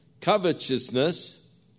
covetousness